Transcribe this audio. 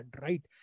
right